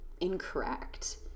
incorrect